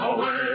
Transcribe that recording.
Away